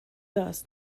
thus